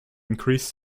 increased